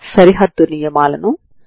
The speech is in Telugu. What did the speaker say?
ఇది xt తలం లో లైన్ అవుతుంది